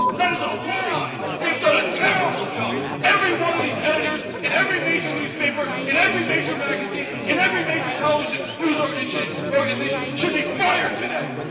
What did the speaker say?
that is a lie! they've done a terrible job. every one of these editors in every major newspaper in every major magazine in every major television news organization organization should be fired today.